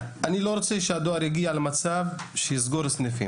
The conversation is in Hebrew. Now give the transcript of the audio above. אני לא רוצה שהדואר יגיע למצב שיסגור סניפים.